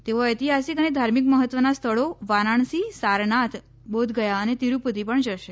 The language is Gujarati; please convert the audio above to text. તેઓ ઐતિહાસીક અને ધાર્મિક મહત્વના સ્થળો વારાણસી સારનાથ બોધગયા અને તિરૂપતિ પણ જશે